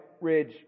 Ridge